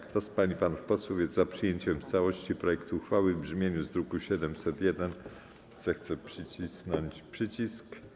Kto z pań i panów posłów jest za przyjęciem w całości projektu uchwały w brzmieniu z druku nr 701, zechce nacisnąć przycisk.